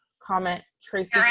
comment tracy.